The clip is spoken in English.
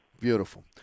Beautiful